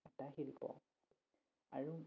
এটা শিল্প আৰু